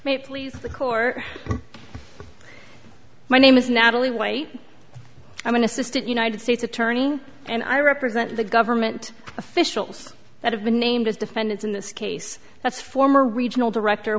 please the court my name is natalie white i mean assistant united states attorney and i represent the government officials that have been named as defendants in this case that's former regional director